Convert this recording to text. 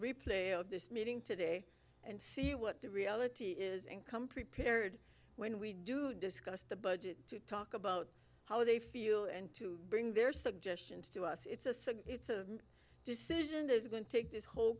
replay of this meeting today and see what the reality is and come prepared when we do discuss the budget to talk about how they feel and to bring their suggestions to us it's a significant decision is going to take this whole